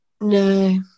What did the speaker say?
No